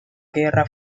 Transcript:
guerra